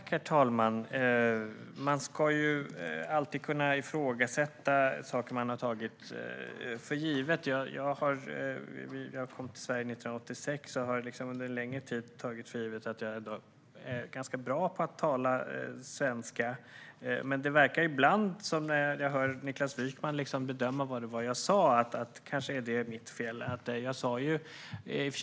Herr talman! Man ska alltid kunna ifrågasätta saker som man har tagit för givna. Jag kom till Sverige 1986 och har under en längre tid tagit för givet att jag är ganska bra på att tala svenska. Men när jag hör Niklas Wykman bedöma vad det var jag sa verkar det ibland som att så inte är fallet - kanske är det mitt fel.